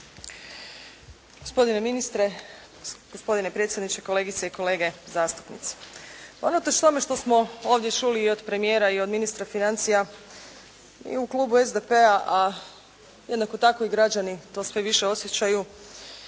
Gospodine ministre, gospodine predsjedniče, kolegice i kolege zastupnici. Unatoč tome što smo ovdje čuli i od premijera i od ministra financija, mi u klubu SDP-a, a jednako tako i građani to sve više osjećaju,